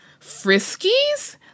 Friskies